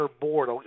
board